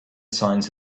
signs